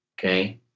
okay